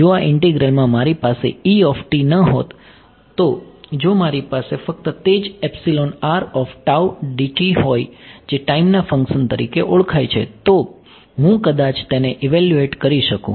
જો આ ઇન્ટિગ્રલમાં મારી પાસે ન હોત તો જો મારી પાસે ફક્ત તે જ હોય જે ટાઈમના ફંક્શન તરીકે ઓળખાય છે તો હું કદાચ તેને ઇવેલ્યુએટ કરી શકું